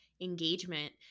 engagement